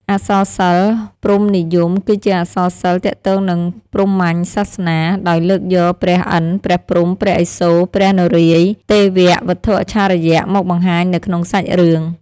អក្សរសិល្ប៍ព្រហ្មនិយមគឺជាអក្សរសិល្ប៍ទាក់ទងនឹងព្រហ្មញ្ញសាសនា ដោយលើកយកព្រះឥន្ធ ព្រះព្រហ្ម ព្រះឥសូរ ព្រះនរាយណ៍ ទេវៈ វត្ថុអច្ឆរិយៈ មកបង្ហាញនៅក្នុងសាច់រឿង។